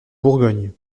bourgogne